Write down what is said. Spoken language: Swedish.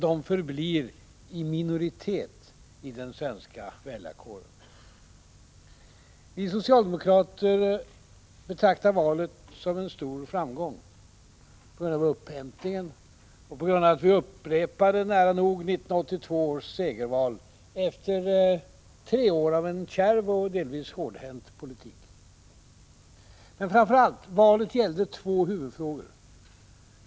De förblir i minoritet i den svenska väljarkåren. Vi socialdemokrater betraktar valet som en stor framgång, på grund av återhämtningen och på grund av att vi nära nog upprepade 1982 års segerval, efter tre år av en kärv och delvis hårdhänt politik. Framför allt: Valet gällde två huvudfrågor.